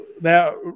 Now